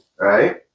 Right